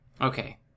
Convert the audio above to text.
Okay